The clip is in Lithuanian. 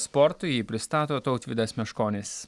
sportu jį pristato tautvydas meškonis